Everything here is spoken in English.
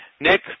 Nick